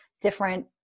different